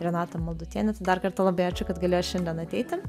renata maldutienė tai dar kartą labai ačiū kad galėjot šiandien ateiti